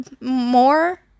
more